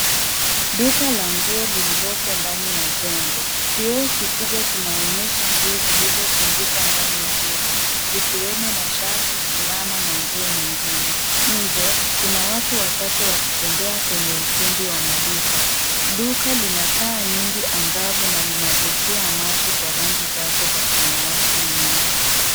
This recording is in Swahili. Duka la nguo lililopo ndani ya jengo. Kioo kikubwa kinaonyesha nguo zilizotundikwa ndani ya duka, zikiwemo mashati, fulana na nguo nyingine. Nje kuna watu Wachache wakitembea kwenye ukumbi wa maduka. Duka Lina taa nyingi angavu na linavutia macho Kwa rangi zake za samawati na nyeupe.